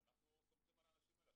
אז אנחנו סומכים על האנשים האלה.